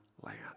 land